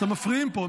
אתם מפריעים פה.